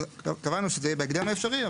אז קבענו שזה יהיה בהקדם האפשרי,